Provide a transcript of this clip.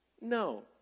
No